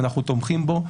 ואנחנו תומכים בו.